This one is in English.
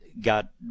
got